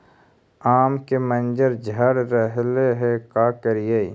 आम के मंजर झड़ रहले हे का करियै?